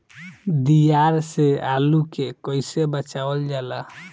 दियार से आलू के कइसे बचावल जाला?